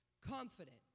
Confident